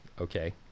okay